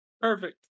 Perfect